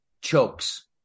chokes